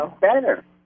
better